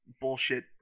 bullshit